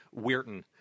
Weirton